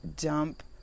dump